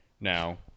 now